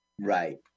right